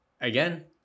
again